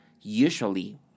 usually